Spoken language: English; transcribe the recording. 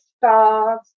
stars